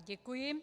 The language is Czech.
Děkuji.